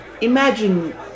Imagine